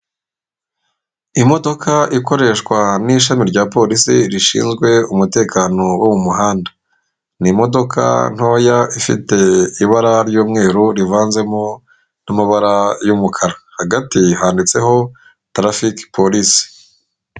Imodoka ikoreshwa n'ishami rya polisi, rishinzwe umutekano wo mu muhanda. Ni imodoka ntoya ifite ibara ry'umweru rivanzemo n'amabara y'umukara, hagati handitseho tarafike polisi.